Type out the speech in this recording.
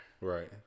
Right